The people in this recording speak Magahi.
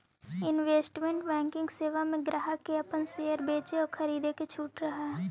इन्वेस्टमेंट बैंकिंग सेवा में ग्राहक के अपन शेयर बेचे आउ खरीदे के छूट रहऽ हइ